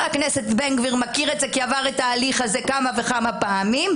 הכנסת בן גביר מכיר את זה כי עבר את ההליך הזה כמה וכמה פעמים.